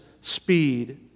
speed